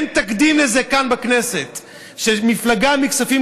אין תקדים לזה בכנסת שמפלגה העבירה מכספים